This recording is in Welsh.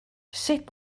sut